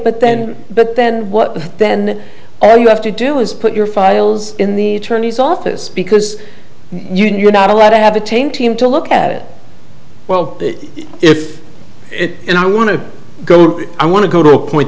but then but then what then all you have to do is put your files in the tourney's office because you're not allowed to have a tame team to look at well if it and i want to go i want to go to a point